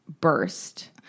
burst